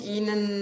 Ihnen